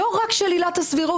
לא רק של עילת הסבירות.